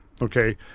okay